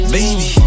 Baby